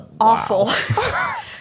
awful